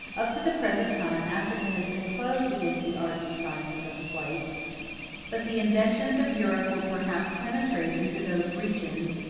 up to the present time africa has been closed against the arts and sciences of the whites but the inventions of europe will perhaps penetrate into those regions,